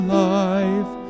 life